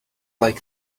like